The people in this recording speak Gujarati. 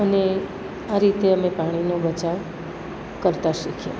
અને આ રીતે અમે પાણીનો બચાવ કરતા શીખ્યાં